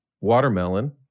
watermelon